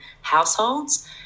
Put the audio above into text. households